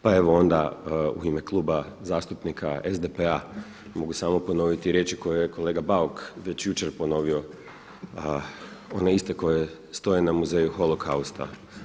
Pa evo onda u ime Kluba zastupnika SDP-a mogu samo ponoviti riječi koje je kolega Bauk već jučer ponovio, one iste koje stoje na Muzeju holokausta.